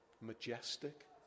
majestic